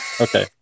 Okay